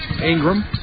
Ingram